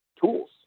tools